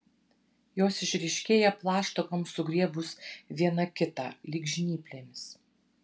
jos išryškėja plaštakoms sugriebus viena kitą lyg žnyplėmis